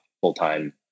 full-time